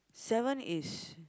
seven is